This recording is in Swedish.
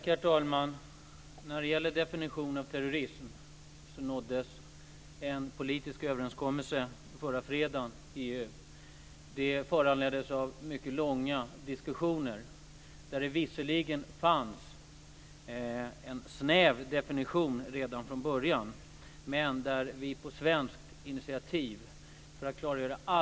Herr talman! När det gäller definitionen av terrorism nåddes en politisk överenskommelse förra fredagen i EU. Det föranleddes av mycket långa diskussioner. Det fanns visserligen en snäv definition redan från början. Men på svenskt initiativ gjordes det ett klargörande.